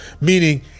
Meaning